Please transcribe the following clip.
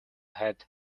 had